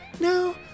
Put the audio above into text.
No